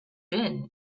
been